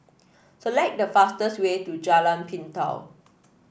select the fastest way to Jalan Pintau